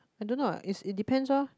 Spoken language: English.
I don't know ah is is depend orh